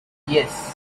yes